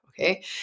okay